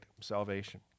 salvation